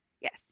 Yes